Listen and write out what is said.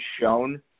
shown